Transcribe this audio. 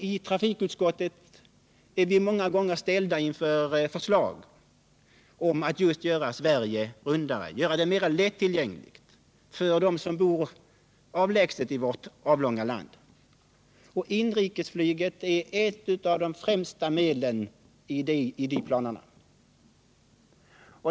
I trafikutskottet ställs vi många gånger inför förslag om att göra Sverige mera lättillgängligt för dem som bor i avlägsna bygder i vårt avlånga land. Inrikesflyget är ett av de främsta medlen i de planerna.